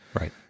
Right